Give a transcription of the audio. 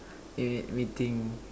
eh wait meeting